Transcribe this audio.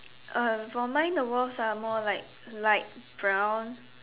uh for mine the walls are more like light brown